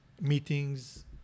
meetings